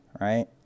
Right